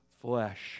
flesh